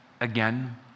again